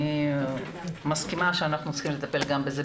אני מסכימה שאנחנו צריכים לטפל גם בזה,